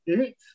eight